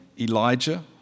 Elijah